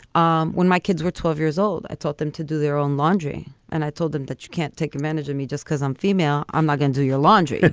um when my kids were twelve years old, i taught them to do their own laundry. and i told them that you can't take advantage of me just because i'm female. i'm not going to do your laundry.